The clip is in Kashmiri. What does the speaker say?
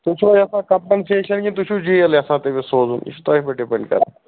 تُہۍ چھُوا یژھان کمپینسیشن کِنہٕ تُہۍ چھُو جیل یژھان تٔمِس سوزُن یہِ چھُو تۄہہِ پیٚٹھ ڈِپنٛڈ کران